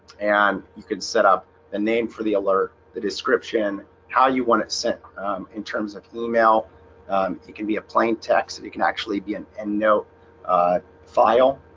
and you could set up a name for the alert the description how you want it sent in terms of email it can be a plain text. and it can actually be an endnote file